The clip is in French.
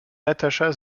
natasha